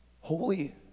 Holy